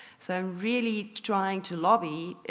so really trying to lobby